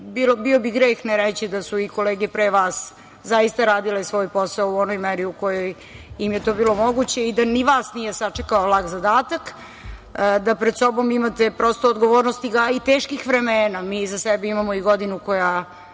bio bi greh ne reći da su i kolege pre vas zaista radile svoj posao u onoj meri u kojoj im je to bilo moguće i da ni vas nije sačekao lak zadatak, da pred sobom imate odgovornost i teških vremena, jer mi iza sebe imamo godinu koja